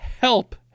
Help